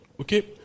Okay